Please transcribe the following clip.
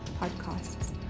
podcasts